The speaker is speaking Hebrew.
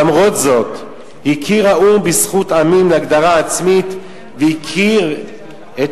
למרות זאת הכיר האו"ם בזכות עמים להגדרה עצמית והכיר את